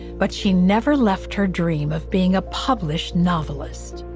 but she never left her dream of being a published novelist.